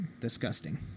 disgusting